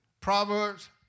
Proverbs